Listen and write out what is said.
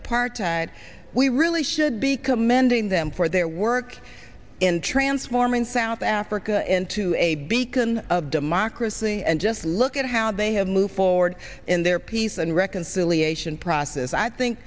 apartheid we really should be commending them for their work in transforming south africa into a beacon of democracy and just look at how they have moved forward in their peace and reconciliation process i think